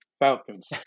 Falcons